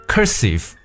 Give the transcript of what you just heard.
Cursive